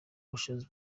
ubushobozi